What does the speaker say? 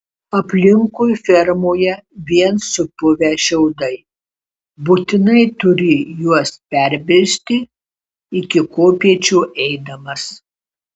aplinkui fermoje vien supuvę šiaudai būtinai turi juos perbristi iki kopėčių eidamas